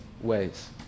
ways